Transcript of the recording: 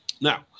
Now